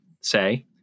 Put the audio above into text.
say